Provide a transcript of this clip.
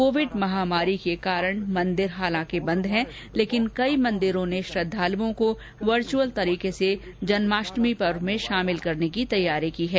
Covid महामारी के कारण मंदिर हालांकि बंद है लेकिन कई मंदिरों ने श्रद्वालूओं को वर्चअल तरीके से जन्माष्टमी पर्व में शामिल करने की तैयारी की है